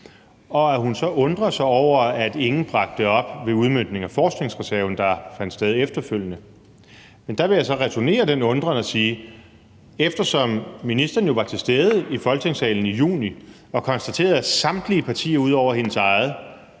og at hun så undrer sig over, at ingen bragte det op ved udmøntningen af forskningsreserven, der fandt sted efterfølgende. Men der vil jeg så returnere den undren og sige, at eftersom ministeren jo var til stede i Folketingssalen i juni og konstaterede, at samtlige partier ud over hendes eget